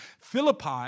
Philippi